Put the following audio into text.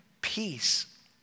peace